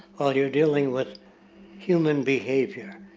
well you're dealing with human behavior.